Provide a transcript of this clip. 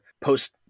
post